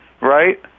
right